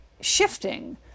shifting